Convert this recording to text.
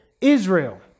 Israel